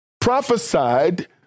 prophesied